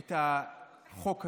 את החוק הזה,